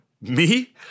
Me